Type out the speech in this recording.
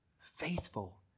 faithful